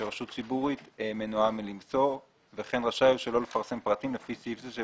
שרשות ציבורית מנועה מלמסור לפי סעיף 9(א)